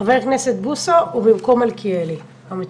חבר הכנסת בוסו הוא במקום מלכיאלי, המציע.